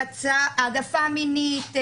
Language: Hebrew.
העדפה מינית,